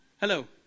Hello